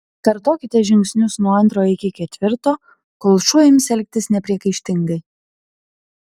kartokite žingsnius nuo antro iki ketvirto kol šuo ims elgtis nepriekaištingai